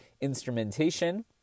instrumentation